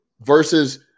versus